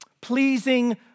pleasing